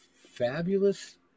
Fabulous